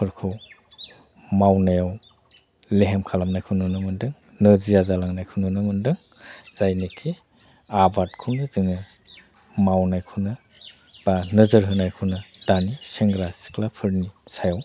फोरखौ मावनायाव लेहेम खालामनायखौ नुनो मोनदों नोरजिया जालांनायखौ नुनो मोनदों जायनोखि आबादखौनो जोङो मावनायखौनो बा नोजोर होनायखौनो दानि सेंग्रा सिख्लाफोरनि सायाव